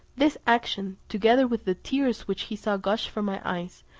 this action, together with the tears which he saw gush from my eyes,